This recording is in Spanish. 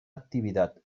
actividad